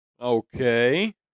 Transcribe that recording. Okay